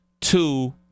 Two